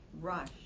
rush